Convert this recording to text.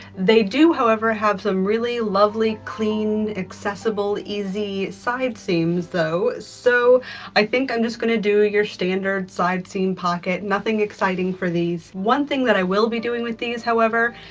they do, however, have some really lovely, clean, accessible, easy side seams though, so i think i'm just gonna do your standard side seam pocket. nothing exciting for these. one thing that i will be doing with these, however,